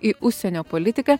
į užsienio politiką